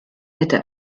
hätte